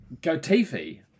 Gotifi